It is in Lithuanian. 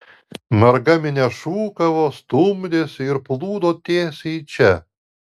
marga minia šūkavo stumdėsi ir plūdo tiesiai į čia